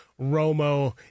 Romo